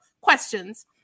questions